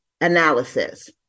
Analysis